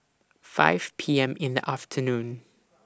five P M in The afternoon